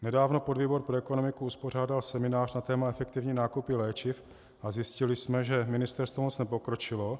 Nedávno podvýbor pro ekonomiku uspořádal seminář na téma efektivní nákupy léčiv a zjistili jsme, že ministerstvo moc nepokročilo.